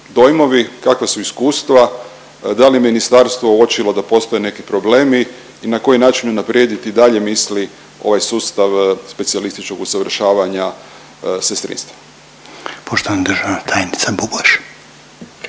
dojmovi, kakva su iskustva, da li je ministarstvo uočilo da postoje neki problemi i na koji način unaprijediti dalje misli ovaj sustav specijalističkog usavršavanja sestrinstva. **Reiner, Željko